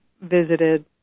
visited